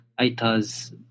Aitas